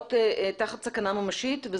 נמצאות תחת סכנה ממשית,